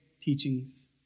teachings